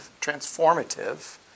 transformative